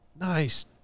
Nice